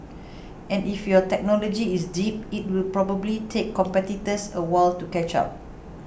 and if your technology is deep it will probably take competitors a while to catch up